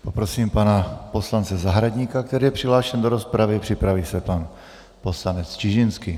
Poprosím pana poslance Zahradníka, který je přihlášen do rozpravy, připraví se pan poslanec Čižinský.